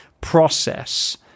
process